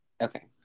Okay